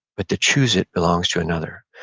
but to choose it belongs to another.